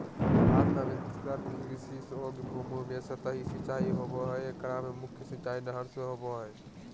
भारत में अधिकतर कृषि योग्य भूमि में सतही सिंचाई होवअ हई एकरा मे मुख्य सिंचाई नहर से होबो हई